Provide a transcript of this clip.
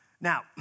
Now